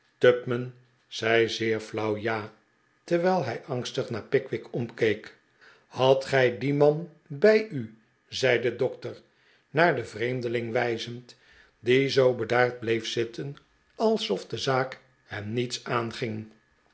zei zeer flauw ja terwijl hij angstig naar pickwick omkeek hadt gij dien man bij u zei de dokter naar den vreemdeling wijzend die zoo bedaard bleef zitten alsof de zaak hem niets aanging